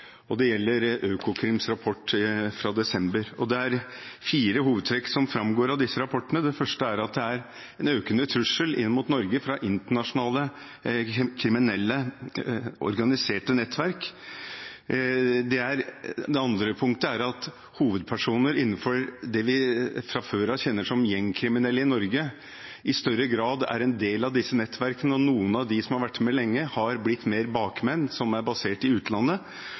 og det gjelder Økokrims rapport fra desember. Det er fire hovedtrekk som framgår av disse rapportene. Det første er en økende trussel mot Norge fra internasjonale kriminelle, organiserte nettverk. Det andre er at hovedpersoner innenfor det vi fra før av kjenner som kriminelle gjenger i Norge, i større grad er en del av disse nettverkene. Noen av dem som har vært med lenge, er blitt mer bakmenn som er basert i utlandet,